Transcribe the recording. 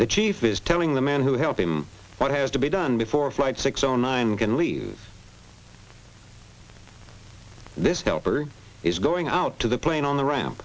the chief is telling the man who help him what has to be done before flight six o nine can leave this helper is going out to the plane on the ramp